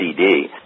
CD